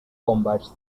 bombers